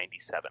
1997